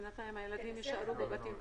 בינתיים הילדים יישארו בבתים.